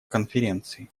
конференции